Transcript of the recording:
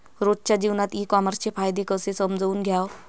रोजच्या जीवनात ई कामर्सचे फायदे कसे समजून घ्याव?